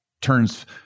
turns